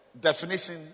definition